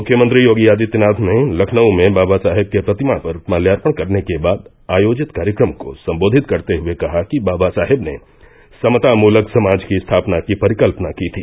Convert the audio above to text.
मुख्यमंत्री योगी आदित्यनाथ ने लखनऊ में बाबा साहेब के प्रतिमा पर माल्यार्पण करने के बाद आयोजित कार्यक्रम को सम्बोधित करते हये कहा कि बाबा साहेब ने समता मूलक समाज की स्थापना की परिकल्पना की थी